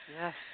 Yes